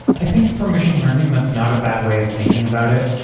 i think from machine learning, that's not a bad way of thinking about it.